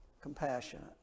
compassionate